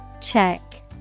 Check